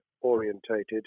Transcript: orientated